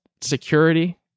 security